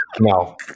no